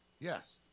Yes